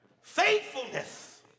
Faithfulness